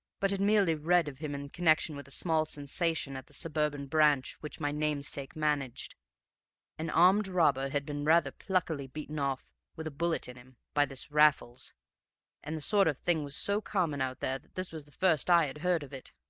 but had merely read of him in connection with a small sensation at the suburban branch which my namesake managed an armed robber had been rather pluckily beaten off, with a bullet in him, by this raffles and the sort of thing was so common out there that this was the first i had heard of it!